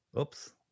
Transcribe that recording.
Oops